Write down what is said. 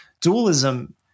dualism